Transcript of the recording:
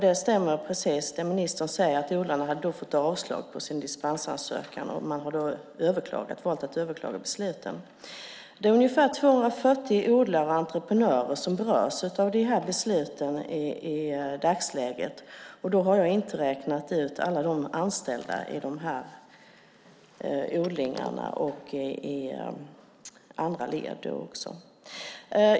Det stämmer som ministern säger att odlarna då hade fått avslag på sina dispensansökningar och valt att överklaga besluten. Det är i dagsläget ungefär 240 odlare och entreprenörer som berörs av dessa beslut. Då har jag inte räknat med alla anställda i odlingarna och inte heller andra led.